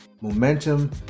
Momentum